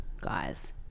guys